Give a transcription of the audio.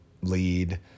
lead